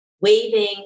waving